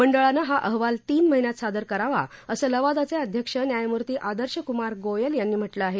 मंडळानं हा अहवाल तीन महिन्यात सादर करावा असं लवादाचे अध्यक्ष न्यायमूर्ती आदर्श कुमार गोयल यांनी म्हटलं आहे